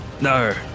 No